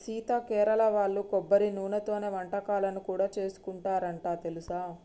సీత కేరళ వాళ్ళు కొబ్బరి నూనెతోనే వంటకాలను కూడా సేసుకుంటారంట తెలుసా